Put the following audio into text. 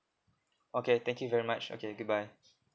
okay thank you very much okay goodbye